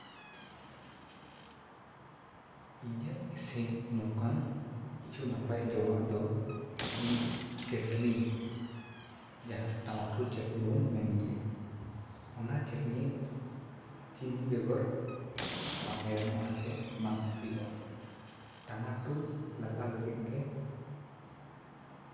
ᱤᱧᱟᱹᱜ ᱤᱥᱤᱱ ᱱᱚᱝᱠᱟᱱ ᱠᱤᱪᱷᱩ ᱱᱟᱯᱟᱭ ᱡᱚᱢᱟᱜ ᱫᱚ ᱢᱤᱫ ᱪᱟᱹᱴᱱᱤ ᱡᱟᱦᱟᱸ ᱴᱟᱢᱟᱴᱳᱞ ᱪᱟᱹᱴᱱᱤ ᱵᱚᱱ ᱢᱮᱱ ᱜᱮᱭᱟ ᱚᱱᱟ ᱪᱟᱹᱴᱱᱤ ᱪᱤᱱᱤ ᱵᱮᱜᱚᱨ ᱵᱟᱝ ᱦᱮᱲᱮᱢᱚᱜᱼᱟ ᱥᱮ ᱵᱟᱝ ᱥᱤᱵᱤᱞᱚᱜᱼᱟ ᱴᱟᱢᱟᱴᱳᱞ ᱞᱟᱜᱟᱣ ᱞᱟᱹᱜᱤᱫ ᱛᱮ